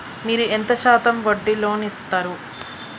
మీరు ఎంత శాతం వడ్డీ లోన్ ఇత్తరు?